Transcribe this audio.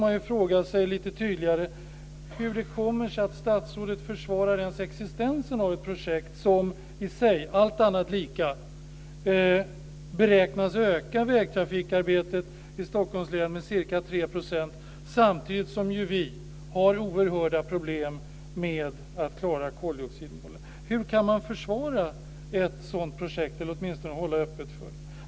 Man måste då lite tydligare fråga sig hur det kommer sig att statsrådet över huvud taget försvarar existensen av ett projekt som i sig, allt annat lika, beräknas öka vägtrafikarbetet i Stockholms län med ca 3 %, samtidigt som vi har oerhörda problem med att klara koldioxidmålet. Hur kan man försvara ett sådant projekt eller åtminstone hålla öppet för det?